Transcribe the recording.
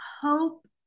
hope